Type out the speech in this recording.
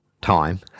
time